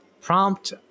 prompt